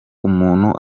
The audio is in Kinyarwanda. umuntu